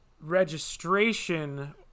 registration